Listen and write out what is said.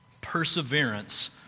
Perseverance